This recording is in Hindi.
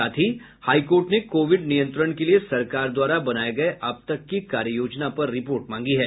साथ ही हाईकोर्ट ने कोविड नियंत्रण के लिए सरकार द्वारा बनाये गये अब तक की कार्ययोजना पर रिपोर्ट मांगी है